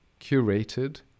curated